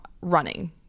running